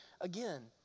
again